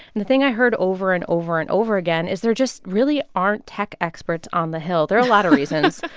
and the thing i heard over and over and over again is there just really aren't tech experts on the hill there are a lot of reasons.